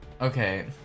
Okay